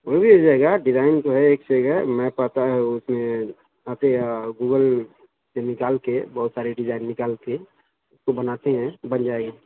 وہ بھی ہو جائے گا ڈیزائن جو ہے ایک سے ایک ہے میں پتہ ہے اس میں وہاں پہ گوگل سے نکال کے بہت سارے ڈیزائن نکال کے تو بناتے ہیں بن جائے